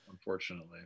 unfortunately